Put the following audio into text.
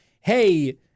hey